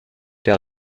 der